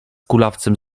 kulawcem